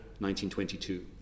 1922